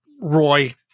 Roy